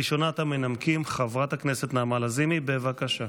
ראשונת המנמקים, חברת הכנסת נעמה לזימי, בבקשה.